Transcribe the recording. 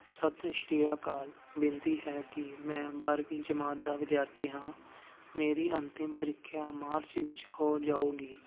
ਸਤਿ ਸ਼੍ਰੀ ਅਕਾਲ ਬੇਨਤੀ ਹੈ ਕਿ ਮੈਂ ਬਾਰ੍ਹਵੀਂਂ ਜਮਾਤ ਦਾ ਵਿਦਿਆਰਥੀ ਹਾਂ ਮੇਰੀ ਅੰਤਿਮ ਪ੍ਰੀਖਿਆ ਮਾਰਚ ਵਿੱਚ ਹੋ ਜਾਵੇਗੀ